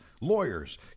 lawyers